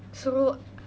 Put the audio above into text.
so